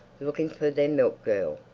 looking for their milk-girl.